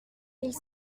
mille